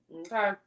okay